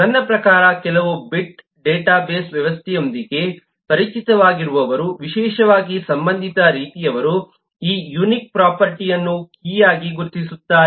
ನನ್ನ ಪ್ರಕಾರ ಕೆಲವು ಬಿಟ್ ಡೇಟಾಬೇಸ್ ವ್ಯವಸ್ಥೆಗಳೊಂದಿಗೆ ಪರಿಚಿತವಾಗಿರುವವರು ವಿಶೇಷವಾಗಿ ಸಂಬಂಧಿತ ರೀತಿಯವರು ಈ ಯುನಿಕ್ ಪ್ರೊಫರ್ಟಿ ಅನ್ನು ಕೀಯಾಗಿ ಗುರುತಿಸುತ್ತಾರೆ